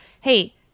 hey